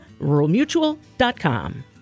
ruralmutual.com